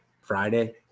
Friday